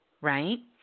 Right